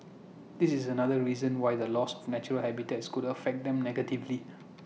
that is another reason why the loss of natural habitats could affect them negatively